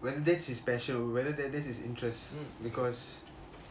whether that's his passion or whether that that that's his interest because